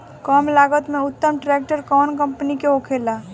कम लागत में उत्तम ट्रैक्टर कउन कम्पनी के होखेला?